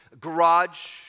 garage